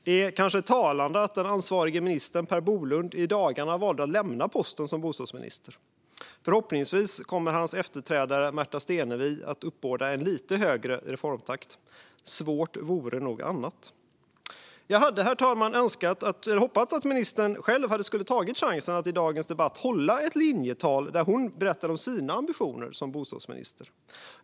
Det kanske är talande att den ansvarige ministern, Per Bolund, i dagarna valde att lämna posten som bostadsminister. Förhoppningsvis kommer hans efterträdare, Märta Stenevi, att uppbåda en lite högre reformtakt - svårt vore nog något annat. Herr talman! Jag hade hoppats att ministern själv skulle ta chansen att i dagens debatt hålla ett linjetal där hon berättar om sina ambitioner som bostadsminister.